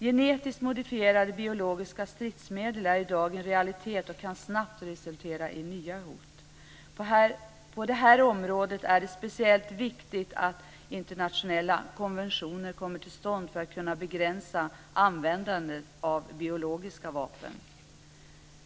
Genetiskt modifierade biologiska stridsmedel är i dag en realitet och kan snabbt resultera i nya hot. På det här området är det speciellt viktigt att internationella konventioner kommer till stånd för att kunna begränsa användandet av biologiska vapen.